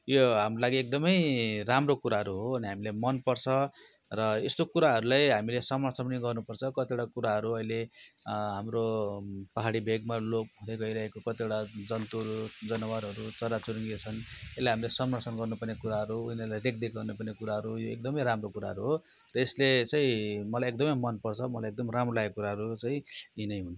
यो हाम्रो लागि एकदमै राम्रो कुराहरू हो अनि हामीलाई मनपर्छ र यस्तो कुराहरूलाई हामीले समर्थन पनि गर्नुपर्छ कतिवटा कुराहरू अहिले हाम्रो पाहाडी भेकमा लुप्त हुँदै गएको कतिवटा जन्तुहरू जनावरहरू चराचुरुङ्गीहरू छन् यसलाई हामीले संरक्षण गर्नुपर्ने कुराहरू यिनीहरूलाई रेखदेख गर्नुपर्ने कुराहरू यो एकदमै राम्रो कुराहरू हो यसले चाहिँ मलाई एकदमै मनपर्छ मलाई एकदम राम्रो लागेको कुराहरू चाहिँ यिनै हुन्